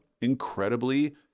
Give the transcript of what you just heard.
incredibly